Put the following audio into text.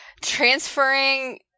transferring